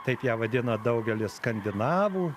taip ją vadina daugelis skandinavų